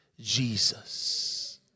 Jesus